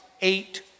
eight